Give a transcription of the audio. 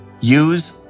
use